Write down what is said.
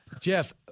Jeff